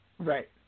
Right